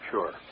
Sure